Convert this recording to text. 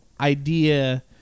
idea